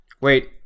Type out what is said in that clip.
Wait